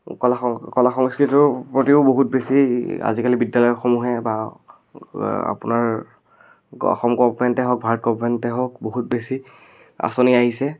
কলা সং কলা সংস্কৃতিৰ প্ৰতিও বহুত বেছি আজিকালি বিদ্যালয়সমূহে বা আপোনাৰ অসম গভমেণ্টে হওক ভাৰত গভমেণ্টে হওক বহুত বেছি আঁচনি আহিছে